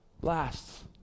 lasts